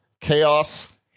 chaos